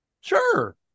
Sure